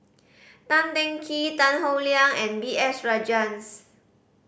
Tan Teng Kee Tan Howe Liang and B S Rajhans